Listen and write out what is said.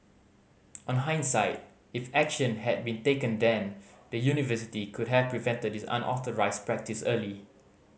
on hindsight if action had been taken then the university could have prevented this unauthorised practice early